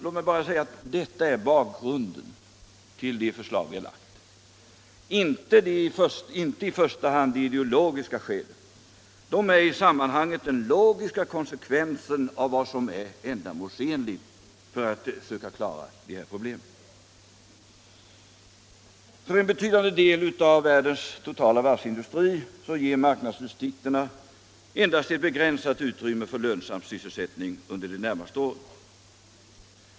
Detta är, herr Siegbahn, bakgrunden till det förslag vi har lagt fram, inte i första hand de ideologiska skälen. Förslaget är ett logiskt och ändamålsenligt uttryck för vad som krävs för att klara problemen i detta sammanhang. För en betydande del av världens totala varvsindustri ger marknadsutsikterna endast ett begränsat utrymme för lönsamhet och sysselsättning under de närmaste åren.